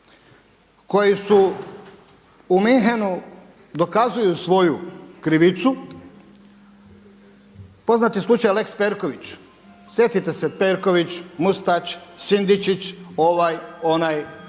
koji su u Münchenu dokazuju svoju krivicu, poznati slučaj lex Perković. Sjetite se Perković, Mustač, Sindičić, ovaj, onaj,